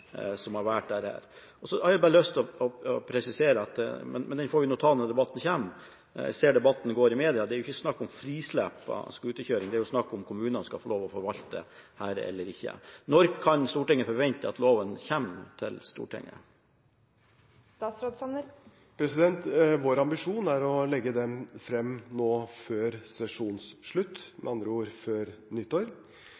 som har valgt dette. Så har jeg bare lyst til å presisere – men det får vi ta når debatten kommer, jeg ser at debatten går i media – at det er jo ikke snakk om frislipp av scooterkjøring, det er spørsmål om kommunene skal få lov å forvalte dette eller ikke. Når kan Stortinget forvente at loven kommer til Stortinget? Vår ambisjon er å legge den frem nå før